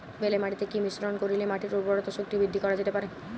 বেলে মাটিতে কি মিশ্রণ করিলে মাটির উর্বরতা শক্তি বৃদ্ধি করা যেতে পারে?